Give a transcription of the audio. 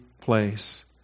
place